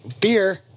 beer